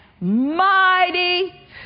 mighty